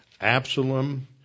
Absalom